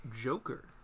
Joker